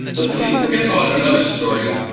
let's see. we're gonna go on to another story.